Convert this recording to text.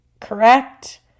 Correct